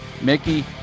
Mickey